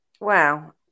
Wow